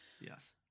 Yes